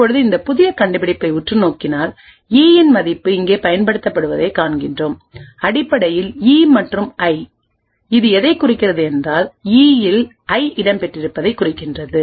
இப்பொழுது இந்த புதிய கண்டுபிடிப்பை உற்றுநோக்கினால்ஈ இன் மதிப்பு இங்கே பயன்படுத்தப்படுவதைக் காண்கிறோம் அடிப்படையில் ஈ மற்றும் ஐ இது எதைக் குறிக்கிறது என்றால் ஈ இல் ஐ இடம்பெற்றிருப்பதை குறிக்கின்றது